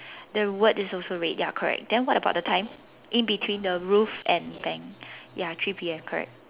the word is also red ya correct then what about the time in between the roof and bank ya three P_M correct